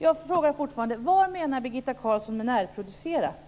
Jag frågar fortfarande: Vad menar Birgitta Carlsson med "närproducerat"?